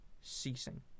ceasing